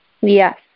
Yes